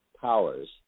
powers